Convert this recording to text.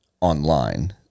online